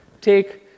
take